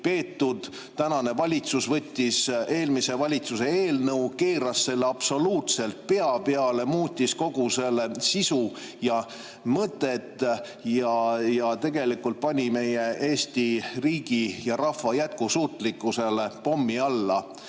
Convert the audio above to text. peetud. Tänane valitsus võttis eelmise valitsuse eelnõu, keeras selle absoluutselt pea peale, muutis kogu selle sisu ja mõtet ja tegelikult pani meie Eesti riigi ja rahva jätkusuutlikkusele pommi alla.